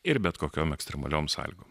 ir bet kokiom ekstremaliom sąlygom